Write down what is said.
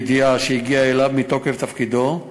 ידיעה שהגיעה אליו מתוקף תפקידו,